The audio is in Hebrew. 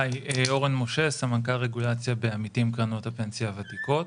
סמנכ"ל רגולציה, עמיתים, קרנות הפנסיה הוותיקות.